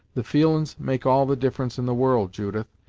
the feelin's make all the difference in the world, judith,